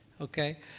okay